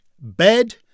Bed